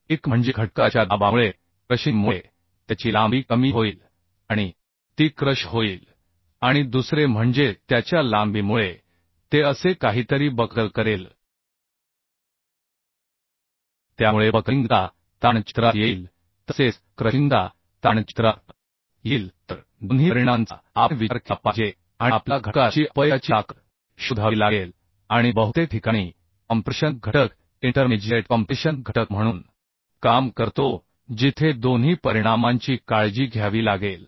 एक म्हणजे घटका च्या दाबामुळे क्रशिंगमुळे त्याची लांबी कमी होईल आणि ती क्रश होईल आणि दुसरे म्हणजे त्याच्या लांबीमुळे ते असे काहीतरी बकल करेल त्यामुळे बकलिंग चा ताण चित्रात येईल तसेच क्रशिंगचा ताण चित्रात येईल तर दोन्ही परिणामांचा आपण विचार केला पाहिजे आणि आपल्याला घटका ची अपयशाची ताकद शोधावी लागेल आणि बहुतेक ठिकाणी कॉम्प्रेशन घटक इंटरमेजिएट कॉम्प्रेशन घटक म्हणून काम करतो जिथे दोन्ही परिणामांची काळजी घ्यावी लागेल